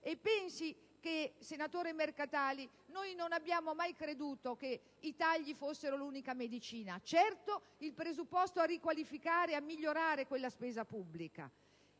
E, senatore Mercatali, non abbiamo mai creduto che i tagli fossero l'unica medicina, ma di certo il presupposto per riqualificare e migliorare la spesa pubblica.